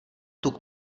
tuk